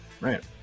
Right